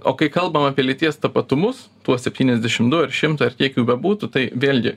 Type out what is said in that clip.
o kai kalbam apie lyties tapatumus tuos septyniasdešim du ar šimtą ar kiek jų bebūtų tai vėlgi